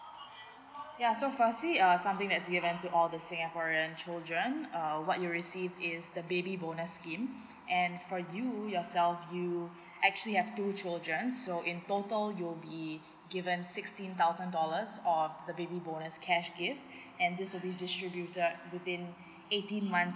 ya so firstly uh something that's given to all this singaporean children err what you receive is the baby bonus scheme and for you yourself you actually have two children so in total you'll be given sixteen thousand dollars or the baby bonus cash gift and this will be distributed within eighteen months